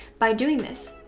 by doing this,